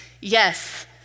yes